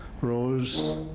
Rose